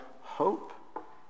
hope